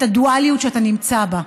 את הדואליות שאתה נמצא בה.